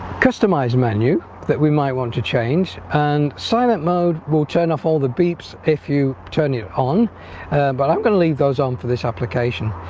customize menu that we might want to change and silent mode will turn off all the beeps if you turn it on but i'm going to leave those on for this application